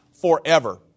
forever